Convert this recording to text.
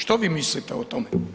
Što vi mislite o tome?